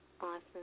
Awesome